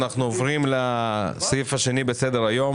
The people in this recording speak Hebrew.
אנחנו עוברים לסעיף השני בסדר היום,